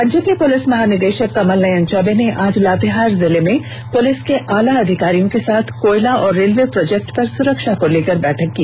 राज्य के पुलिस महानिदेषक कमल नयन चौबे ने आज लातेहार जिले में पुलिस के आलाधिकारियों के साथ कोयला और रेलवे प्रोजेक्ट की सुरक्षा को लेकर बैठक की